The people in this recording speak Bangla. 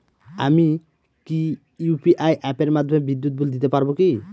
আমি কি ইউ.পি.আই অ্যাপের মাধ্যমে বিদ্যুৎ বিল দিতে পারবো কি?